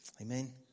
Amen